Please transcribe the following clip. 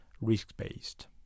risk-based